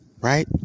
Right